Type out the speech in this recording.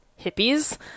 hippies